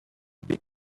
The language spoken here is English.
big